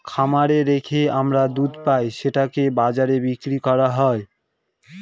খামারে রেখে আমরা দুধ পাই সেটাকে বাজারে বিক্রি করা হয়